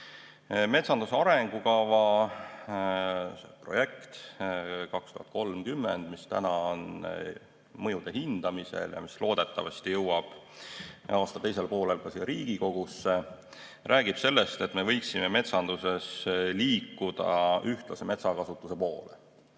projekt, arengukava aastani 2030, mis on mõjude hindamisel ja mis loodetavasti jõuab aasta teisel poolel siia Riigikogusse, räägib sellest, et me võiksime metsanduses liikuda ühtlase metsakasutuse poole.